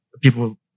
people